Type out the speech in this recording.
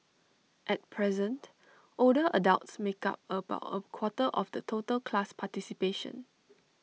at present older adults make up about A quarter of the total class participation